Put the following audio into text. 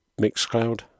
Mixcloud